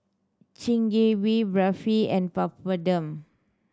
Chigenabe Barfi and Papadum